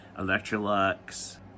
Electrolux